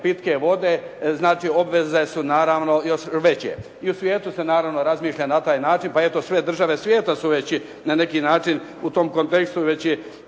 pitke vode znači obveze su naravno još veće. I u svijetu se naravno razmišlja na taj način, pa eto sve države svijeta su već i na neki način u tom kontekstu već